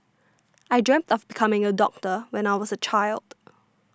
I dreamt of becoming a doctor when I was a child